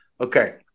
Okay